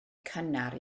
cynnar